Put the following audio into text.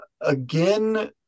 again